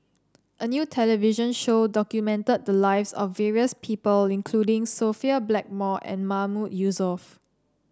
a new television show documented the lives of various people including Sophia Blackmore and Mahmood Yusof